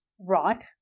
Right